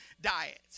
diet